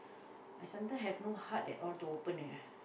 I sometimes have no heart at all to open it